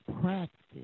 practice